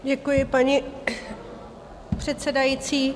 Děkuji, paní předsedající.